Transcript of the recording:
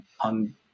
on